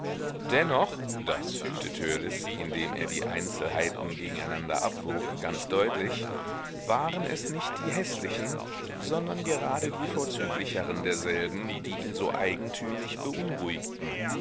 dennoch das fühlte törleß indem er die einzelnheiten gegeneinander abwog ganz deutlich waren es nicht die häßlichen sondern gerade die vorzüglicheren derselben die ihn so eigentümlich beunruhigten